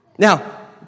Now